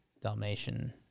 Dalmatian